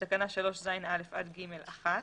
בתקנה 3ז(א) עד (ג)(1)